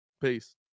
Peace